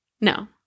No